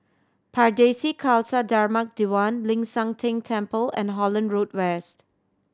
Pardesi Khalsa Dharmak Diwan Ling San Teng Temple and Holland Road West